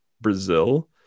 Brazil